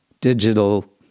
digital